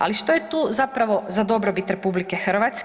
Ali što je tu zapravo za dobrobit RH?